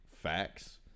facts